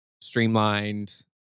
streamlined